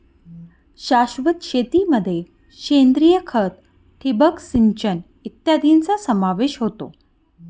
शाश्वत शेतीमध्ये सेंद्रिय खत, ठिबक सिंचन इत्यादींचा समावेश होतो